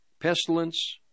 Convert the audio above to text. pestilence